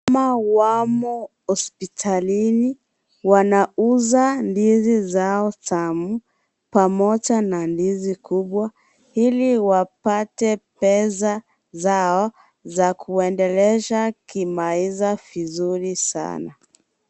Kina mama wamo hospitalini. Wanauza ndizi zao tamu pamoja na ndizi kubwa Ili wapate pesa zao za kuendelesha kimaisha vizuri sana.